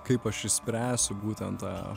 kaip aš išspręsiu būtent tą